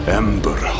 ember